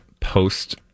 Post